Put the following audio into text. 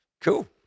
Cool